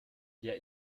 der